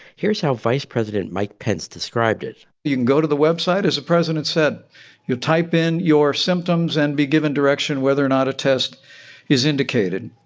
here's how vice president mike pence described it you can go to the website, as the president said you type in your symptoms and be given direction whether or not a test is indicated.